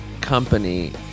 company